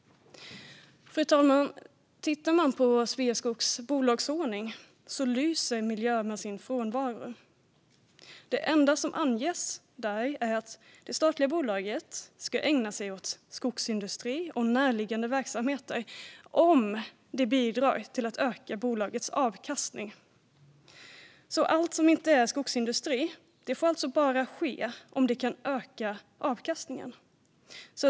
Fru talman! Om man tittar på Sveaskogs bolagsordning ser man att miljön lyser med sin frånvaro. Det enda som anges där är att det statliga bolaget ska ägna sig åt skogsindustri och närliggande verksamheter om det bidrar till att öka bolagets avkastning. Allt som inte är skogsindustri får alltså bara ske om det kan öka avkastningen.